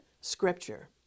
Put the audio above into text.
scripture